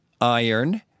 iron